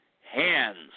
Hands